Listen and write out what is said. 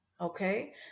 okay